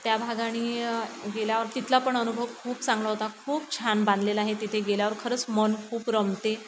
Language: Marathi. त्या भागाने गेल्यावर तिथला पण अनुभव खूप चांगला होता खूप छान बांधलेला आहे तिथे गेल्यावर खरंच मन खूप रमते